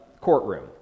courtroom